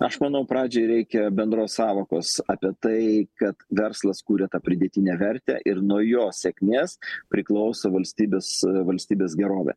aš manau pradžiai reikia bendros sąvokos apie tai kad verslas kūrė tą pridėtinę vertę ir nuo jo sėkmės priklauso valstybės valstybės gerovė